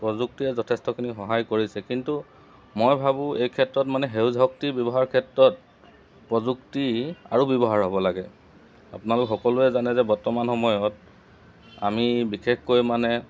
প্ৰযুক্তিয়ে যথেষ্টখিনি সহায় কৰিছে কিন্তু মই ভাবোঁ এই ক্ষেত্ৰত মানে সেউজ শক্তিৰ ব্যৱহাৰৰ ক্ষেত্ৰত প্ৰযুক্তি আৰু ব্যৱহাৰ হ'ব লাগে আপোনালোক সকলোৱে জানে যে বৰ্তমান সময়ত আমি বিশেষকৈ মানে